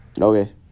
Okay